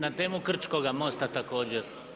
Na temu Kučkoga mosta također.